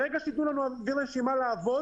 ברגע שיתנו לנו אוויר לנשימה כדי לעבוד